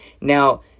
Now